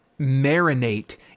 marinate